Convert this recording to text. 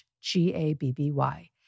G-A-B-B-Y